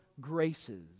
graces